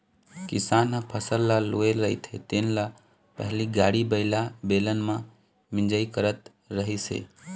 किसान ह फसल ल लूए रहिथे तेन ल पहिली गाड़ी बइला, बेलन म मिंजई करत रिहिस हे